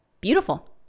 Beautiful